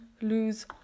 lose